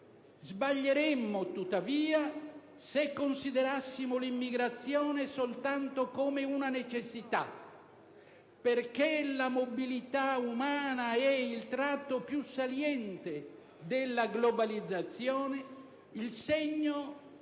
Sbaglieremmo, tuttavia, se considerassimo l'immigrazione soltanto come una necessità, perché la mobilità umana è il tratto più saliente della globalizzazione ed il segno